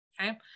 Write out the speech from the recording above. okay